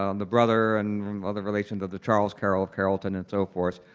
um the brother and other relations of the charles carroll of carrollton and so forth,